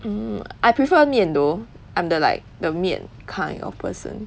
mm I prefer 面 though I'm the like the 面 kind of person